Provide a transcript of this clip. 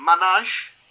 Manage